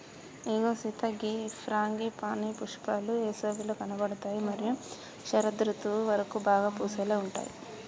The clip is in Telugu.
ఇగో సీత గీ ఫ్రాంగిపానీ పుష్పాలు ఏసవిలో కనబడుతాయి మరియు శరదృతువు వరకు బాగా పూసేలాగా ఉంటాయి